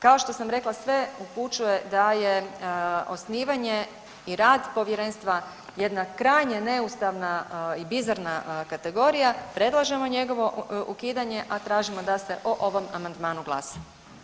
Kao što sam rekla, sve upućuje da je osnivanje i rad Povjerenstva jedna krajnje neustavna i bizarna kategorija, predlažemo njegovo ukidanje, a tražimo da se o ovom amandmanu glasa.